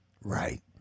Right